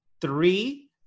three